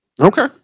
Okay